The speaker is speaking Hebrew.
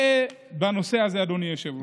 זה בנושא הזה, אדוני היושב-ראש.